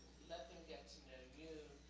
let them get to know you,